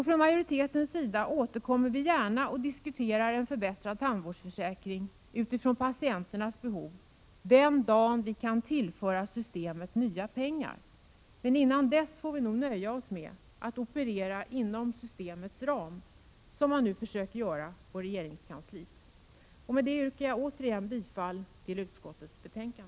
Från majoritetens sida återkommer vi gärna och diskuterar en förbättrad tandvårdsförsäkring utifrån patienternas behov den dag då vi kan tillföra systemet nya pengar. Men innan dess får vi nog nöja oss med att operera inom systemets ram, som man nu försöker göra på regeringskansliet. Med detta yrkar jag återigen bifall till utskottets hemställan.